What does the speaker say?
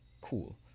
cool